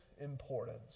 importance